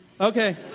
Okay